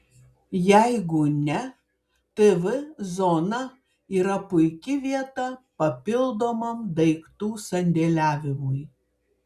jeigu ne tv zona yra puiki vieta papildomam daiktų sandėliavimui